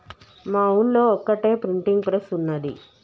మా ఊళ్లో ఒక్కటే ప్రింటింగ్ ప్రెస్ ఉన్నది